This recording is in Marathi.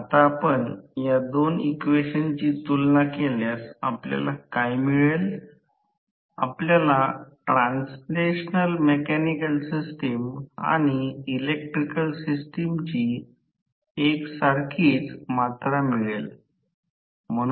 हवेच्या पोकळीच्या चुंबकीय क्षेत्राद्वारे स्टेटर वरून रोटर वर स्थानांतरित हे हवेच्या अंतरांमधील शक्ती n आहे